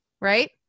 Right